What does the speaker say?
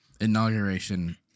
inauguration